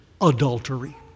adultery